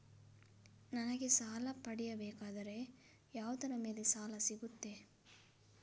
ನನಗೆ ಸಾಲ ಪಡೆಯಬೇಕಾದರೆ ಯಾವುದರ ಮೇಲೆ ಸಾಲ ಸಿಗುತ್ತೆ?